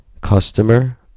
customer